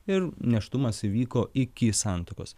ir nėštumas įvyko iki santuokos